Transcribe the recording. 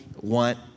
want